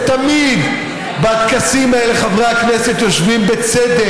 מה כחלון חושב שיקרה עם פסקת התגברות צרה?